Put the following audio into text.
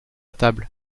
table